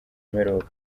mperuka